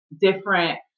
different